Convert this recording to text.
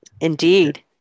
Indeed